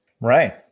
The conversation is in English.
Right